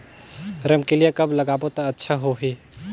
रमकेलिया कब लगाबो ता अच्छा होही?